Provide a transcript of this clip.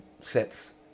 sets